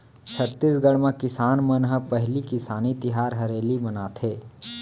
छत्तीसगढ़ म किसान मन ह पहिली किसानी तिहार हरेली मनाथे